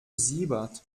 siebert